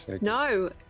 No